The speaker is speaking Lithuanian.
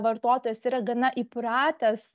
vartotojas yra gana įpratęs